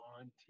on